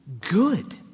good